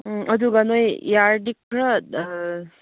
ꯎꯝ ꯑꯗꯨꯒ ꯅꯣꯏ ꯌꯥꯔꯗꯤ ꯈꯔ